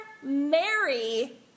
Mary